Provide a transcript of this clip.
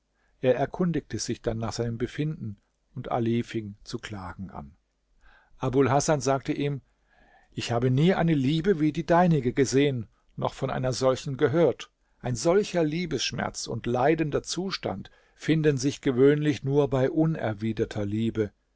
er erkundigte sich dann nach seinem befinden und ali fing zu klagen an abul hasan sagte ihm ich habe nie eine liebe wie die deinige gesehen noch von einer solchen gehört ein solcher liebesschmerz und leidender zustand finden sich gewöhnlich nur bei unerwiderter liebe